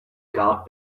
guard